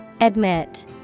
Admit